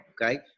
Okay